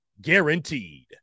guaranteed